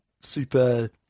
super